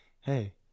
Hey